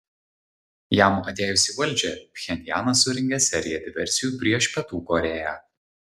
jam atėjus į valdžią pchenjanas surengė seriją diversijų prieš pietų korėją